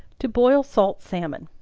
to boil salt salmon.